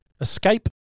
Escape